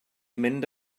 mynd